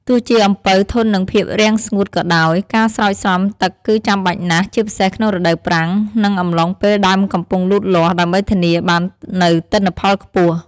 ទោះជាអំពៅធន់នឹងភាពរាំងស្ងួតក៏ដោយ ការស្រោចស្រពទឹកគឺចាំបាច់ណាស់ ជាពិសេសក្នុងរដូវប្រាំង និងអំឡុងពេលដើមកំពុងលូតលាស់ ដើម្បីធានាបាននូវទិន្នផលខ្ពស់។